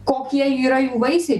kokie yra jų vaisiai